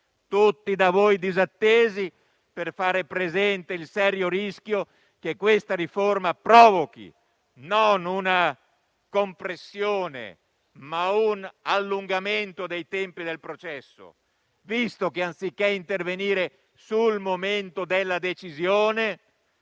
tutti da voi disattesi, per far presente il serio rischio che questa riforma provochi, non una compressione, ma un allungamento dei tempi del processo, visto che, anziché intervenire sul momento della decisione,